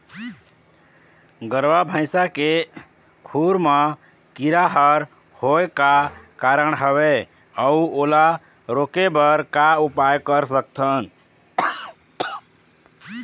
गरवा भैंसा के खुर मा कीरा हर होय का कारण हवए अऊ ओला रोके बर का उपाय कर सकथन?